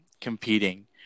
competing